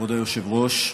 כבוד היושבת-ראש,